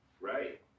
Right